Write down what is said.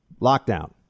Lockdown